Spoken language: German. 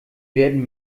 werden